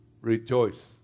rejoice